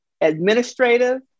administrative